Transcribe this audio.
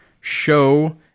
show